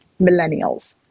millennials